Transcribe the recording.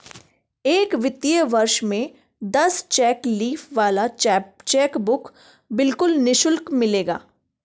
एक वित्तीय वर्ष में दस चेक लीफ वाला चेकबुक बिल्कुल निशुल्क मिलेगा